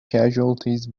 casualties